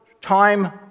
time